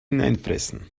hineinfressen